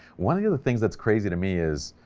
one of the of the things that's crazy to me is,